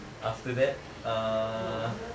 after that uh